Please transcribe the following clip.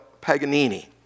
Paganini